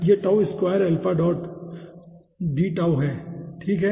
यह है ठीक है